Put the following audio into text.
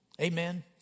Amen